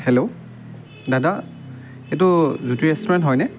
hello দাদা এইটো Jyoti restaurant হয়নে